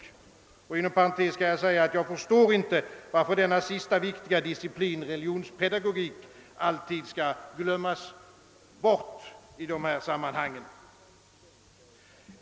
Inom parentes kan jag säga, att jag inte förstår varför denna sistnämnda viktiga disciplin alltid skall glömmas bort i dessa sammanhang.